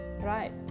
right